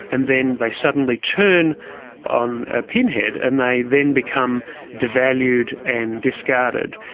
and then they suddenly turn on a pinhead and they then become devalued and discarded.